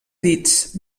dits